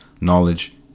knowledge